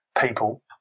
people